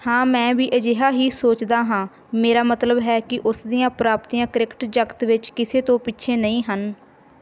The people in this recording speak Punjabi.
ਹਾਂ ਮੈਂ ਵੀ ਅਜਿਹਾ ਹੀ ਸੋਚਦਾ ਹਾਂ ਮੇਰਾ ਮਤਲਬ ਹੈ ਕਿ ਉਸ ਦੀਆਂ ਪ੍ਰਾਪਤੀਆਂ ਕ੍ਰਿਕਟ ਜਗਤ ਵਿੱਚ ਕਿਸੇ ਤੋਂ ਪਿੱਛੇ ਨਹੀਂ ਹਨ